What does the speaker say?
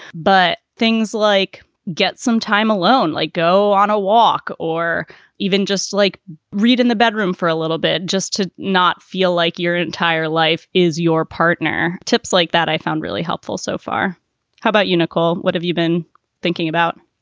but things like get some time alone, like go on a walk or even just like read in the bedroom for a little bit just to not feel like your entire life is your partner. tips like that i found really helpful so far how about unical? what have you been thinking about?